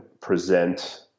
present